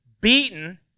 beaten